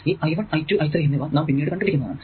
ഈ i1 i2 i3 എന്നിവ നാം പിന്നീട് കണ്ടുപിടിക്കുന്നതാണ്